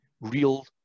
real